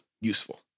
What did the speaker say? useful